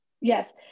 Yes